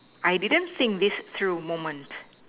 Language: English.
I didn't think this true moment